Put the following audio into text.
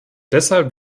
deshalb